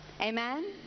Amen